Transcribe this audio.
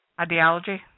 ideology